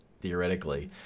theoretically